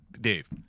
Dave